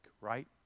right